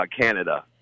Canada